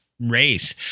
race